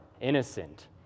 innocent